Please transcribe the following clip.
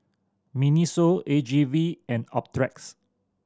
MINISO A G V and Optrex